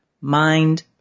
mind